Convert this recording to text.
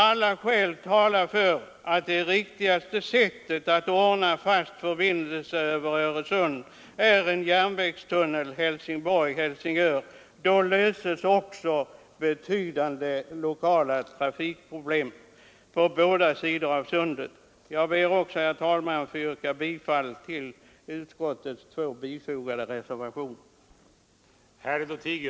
Alla skäl talar för att det riktigaste sättet att ordna en fast förbindelse över Öresund är en järnvägstunnel Helsingborg—Helsingör. Då löses också betydande lokala trafikproblem på båda sidor om sundet. Jag ber, herr talman, att få yrka bifall till de båda reservationer som fogats till utskottets betänkande.